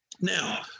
Now